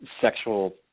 sexual